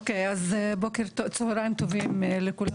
אוקיי, אז צהריים טובים לכולם.